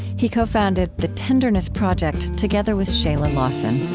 he co-founded the tenderness project together with shayla lawson